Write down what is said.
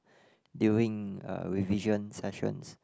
during uh revision sessions